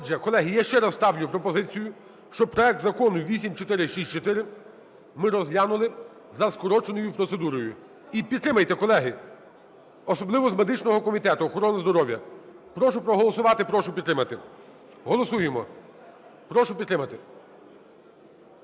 колеги, я ще раз ставлю пропозицію, щоби проект Закону 8464 ми розглянули за скороченою процедурою. І підтримайте, колеги! Особливо з медичного комітету, охорони здоров'я. Прошу проголосувати, прошу підтримати. Голосуємо! Прошу підтримати.